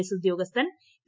S ഉദ്യാഗസ്ഥൻ P